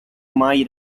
mai